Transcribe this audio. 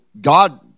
God